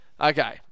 okay